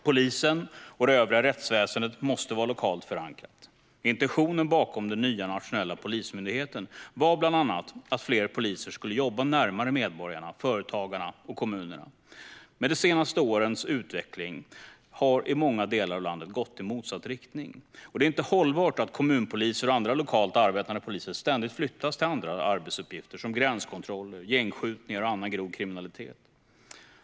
Polisen och det övriga rättsväsendet måste vara lokalt förankrat. Intentionen bakom den nya nationella polismyndigheten var bland annat att fler poliser skulle jobba närmare medborgare, företagare och kommuner. Utvecklingen har dock i många delar av landet gått i motsatt riktning. Det är inte hållbart att kommunpoliser och andra lokalt arbetande poliser ständigt flyttas till andra arbetsuppgifter som gränskontroller, gängskjutningar eller annan grov kriminalitet.